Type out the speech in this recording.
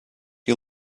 you